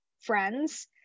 friends